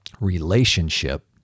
relationship